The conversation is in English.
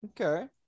Okay